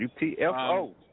UTFO